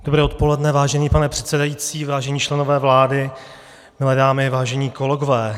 Dobré odpoledne, vážený pane předsedající, vážení členové vlády, milé dámy, vážení kolegové.